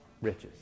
riches